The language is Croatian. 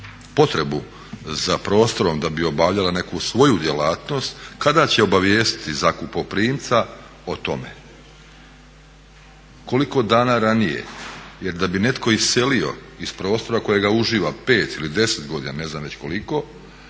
potrebu za prostorom da bi obavljala neku svoju djelatnost, kada će obavijestiti zakupoprimca o tome. Koliko dana ranije, jer da bi netko iselio iz prostora kojega uživa 5 ili 10 godina, ne znam već koliko